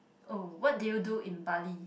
oh what did you do in Bali